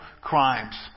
crimes